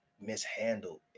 mishandled